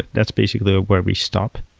that's basically where we stop.